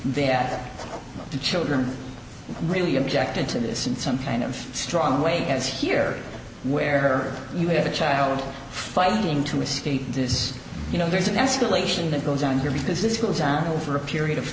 that the children really objected to this in some kind of strong way as here where you have a child fighting to escape this you know there's an escalation that goes on here because this goes downhill for a period of